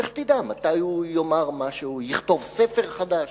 לך תדע מתי הוא יאמר משהו, יכתוב ספר חדש,